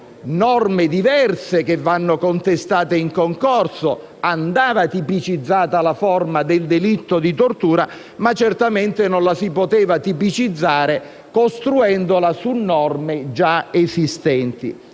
norme diverse che vanno contestate in concorso. Andava tipicizzata la forma del delitto di tortura, ma certamente non la si poteva tipicizzare costruendola su norme già esistenti.